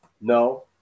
No